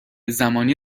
زمانی